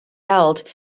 held